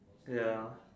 ya lor